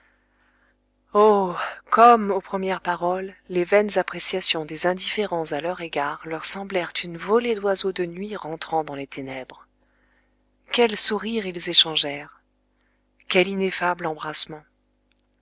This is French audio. comme aux premières paroles les vaines appréciations des indifférents à leur égard leur semblèrent une volée d'oiseaux de nuit rentrant dans les ténèbres quel sourire ils échangèrent quel ineffable embrassement